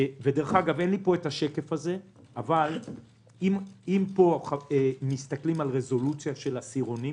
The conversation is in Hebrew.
אין לי פה השקף הזה אבל אם פה מסתכלים על רזולוציות של עשירונים